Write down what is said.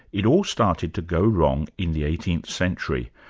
it all started to go wrong in the eighteenth century,